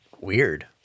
Weird